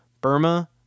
Burma